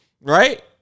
right